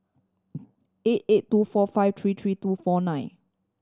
eight eight two four five three three two four nine